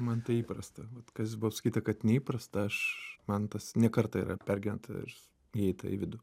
man tai įprasta vat kas buvo pasakyta kad neįprasta aš man tas ne kartą yra pergyventair įeita į vidų